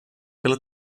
pela